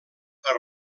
per